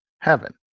heaven